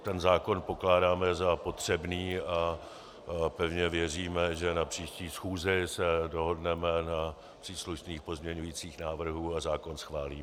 Ten zákon pokládáme za potřebný a pevně věříme, že na příští schůzi se dohodneme na příslušných pozměňujících návrzích a zákon schválíme.